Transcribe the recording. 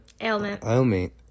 ailment